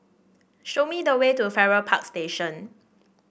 show me the way to Farrer Park Station